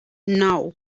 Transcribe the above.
nou